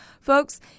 Folks